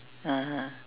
(uh huh)